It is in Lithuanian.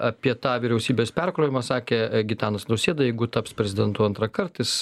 apie tą vyriausybės perkrovimą sakė gitanas nausėda jeigu taps prezidentu antrą kartą jis